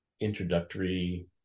introductory